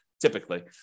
typically